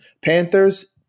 Panthers